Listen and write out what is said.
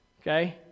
Okay